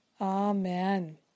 Amen